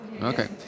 Okay